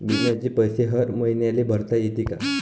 बिम्याचे पैसे हर मईन्याले भरता येते का?